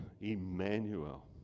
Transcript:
Emmanuel